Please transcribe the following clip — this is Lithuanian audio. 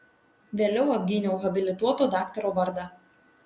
vėliau apgyniau habilituoto daktaro vardą